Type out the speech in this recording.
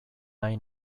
nahi